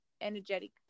energetic